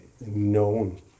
known